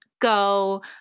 go